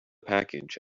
package